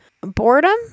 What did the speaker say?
boredom